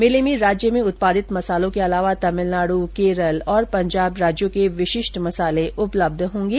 मेले में राज्य में उत्पादित मसालों के अलावा तमिलनाड़ केरल और पंजाब राज्यों के विशिष्ट मसाले उपलब्ध होंगे